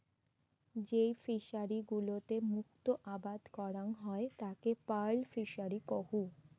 যেই ফিশারি গুলোতে মুক্ত আবাদ করাং হই তাকে পার্ল ফিসারী কুহ